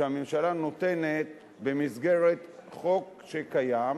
שהממשלה נותנת במסגרת חוק שקיים,